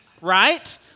right